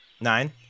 Nine